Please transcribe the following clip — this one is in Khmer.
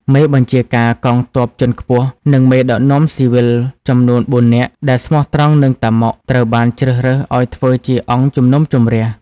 មេបញ្ជាការកងទ័ពជាន់ខ្ពស់ និងមេដឹកនាំស៊ីវិលចំនួនបួននាក់ ដែលស្មោះត្រង់នឹង តាម៉ុក ត្រូវបានជ្រើសរើសឱ្យធ្វើជាអង្គជំនុំជម្រះ។